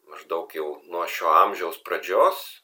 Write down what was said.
maždaug jau nuo šio amžiaus pradžios